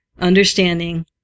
understanding